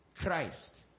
Christ